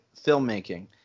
filmmaking